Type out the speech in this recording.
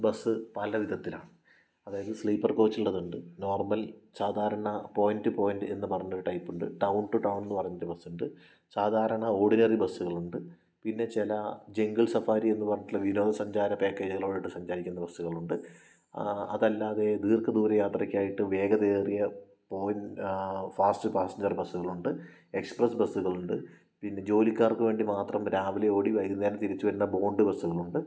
bus പലവിധത്തിലാണ് അതായത് sleeper കോച്ചുള്ളതുണ്ട് നോർമൽ സാധാരണ പോയൻ്റ് ടു പോയിൻ്റ് എന്നു പറഞ്ഞൊരു ടൈപ്പുണ്ട് ടൗൺ ടു ടൗൺ എന്നു പറഞ്ഞൊരു ബസ്സുണ്ട് സാധാരണ ഓഡിനറി ബസ്സുകളുണ്ട് പിന്നെ ചില ജംഗിൾ സഫാരി എന്നു പറഞ്ഞിട്ടുള്ള വിനോദസഞ്ചാര പാക്കേജുകളോടുകൂടി സഞ്ചരിക്കുന്ന ബസ്സുകളുണ്ട് അതല്ലാതെ ദീർഘദൂര യാത്രയ്ക്കായിട്ട് വേഗതയേറിയ പോയിൻ്റ് ഫാസ്റ്റ് പാസഞ്ചർ ബസ്സുകളുണ്ട് എക്സ്പ്രെസ് ബസ്സുകളുണ്ട് പിന്നെ ജോലിക്കാർക്ക് വേണ്ടി മാത്രം രാവിലെ ഓടി വൈകുന്നേരം തിരിച്ചു വരുന്ന ബോണ്ട് ബസ്സുകളുണ്ട്